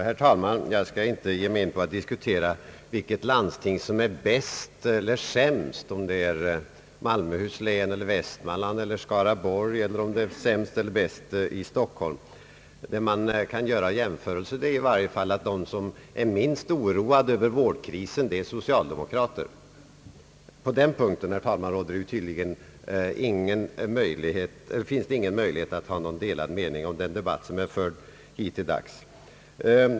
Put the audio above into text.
Herr talman! Jag skall inte ge mig in på att diskutera vilket landsting som är bäst eller sämst — om det är Malmöhus, Västmanlands, Skaraborgs eller Stockholms stad. Det konstaterande man kan göra är att de som är minst oroade över vårdkrisen är socialdemokraterna. På den punkten, herr talman, finns det ingen möjlighet att ha delade meningar efter den debatt som förts hittills.